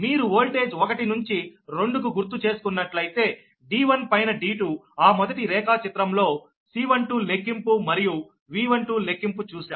మీరు ఓల్టేజ్ ఒకటి నుంచి రెండు కు గుర్తు చేసుకున్నట్లయితే D1 పైన D2 ఆ మొదటి రేఖాచిత్రం లో C12 లెక్కింపు మరియు V12 లెక్కింపు చూశాం